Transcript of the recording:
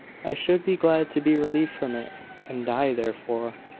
i should be glad to be relieved from it and i therefore,